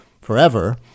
forever